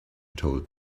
told